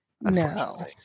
No